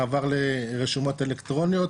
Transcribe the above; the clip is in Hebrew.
מעבר לרשומות אלקטרוניות,